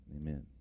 Amen